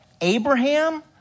Abraham